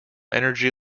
energy